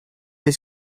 his